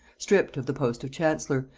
stripped of the post of chancellor,